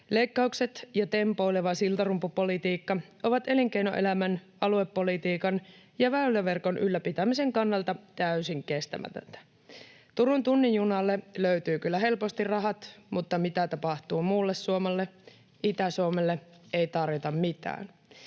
Leikkaukset ja tempoileva siltarumpupolitiikka ovat elinkeinoelämän, aluepolitiikan ja väyläverkon ylläpitämisen kannalta täysin kestämätöntä. Turun tunnin junalle löytyvät kyllä helposti rahat, mutta mitä tapahtuu muulle Suomelle? Itä-Suomelle ei tarjota mitään.